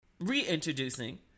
reintroducing